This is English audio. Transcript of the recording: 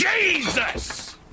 Jesus